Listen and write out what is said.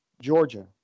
Georgia